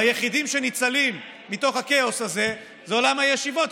והיחידים שניצלים מתוך הכאוס הזה זה עולם הישיבות,